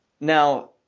Now